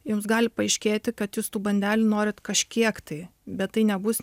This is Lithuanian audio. jums gali paaiškėti kad jūs tų bandelių norit kažkiek tai bet tai nebus